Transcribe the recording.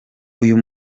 uyu